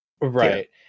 Right